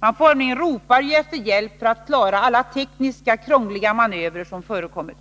Man formligen ropar ju efter hjälp för att klara alla tekniskt krångliga manövrer som förekommer.